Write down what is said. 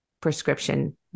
prescription